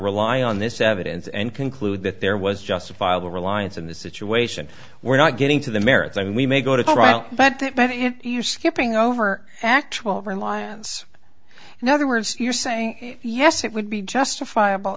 rely on this evidence and conclude that there was justifiable reliance on the situation we're not getting to the merits and we may go to trial but bit by bit you're skipping over actual reliance and other words you're saying yes it would be justifiable